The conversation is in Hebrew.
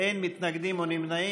אין מתנגדים או נמנעים.